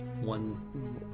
one